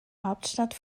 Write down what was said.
hauptstadt